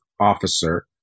Officer